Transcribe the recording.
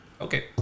okay